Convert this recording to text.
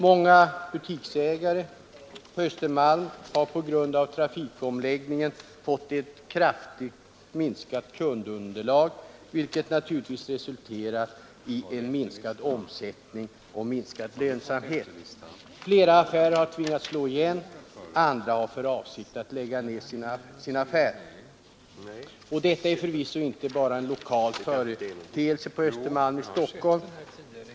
Många butiksägare där har på grund av trafikomläggningen fått ett kraftigt minskat kundunderlag, vilket naturligtvis har resulterat i minskad omsättning och minskad lönsamhet. Flera affärer har tvingats slå igen, och andra affärsidkare har för avsikt att lägga ned sin affär. Detta är förvisso inte bara en lokal företeelse på Östermalm i Stockholm.